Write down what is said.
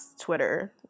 Twitter